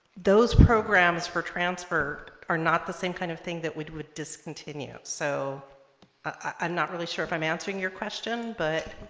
those programs for transfer are not the same kind of thing that we would discontinue so i'm not really sure if i'm answering your question but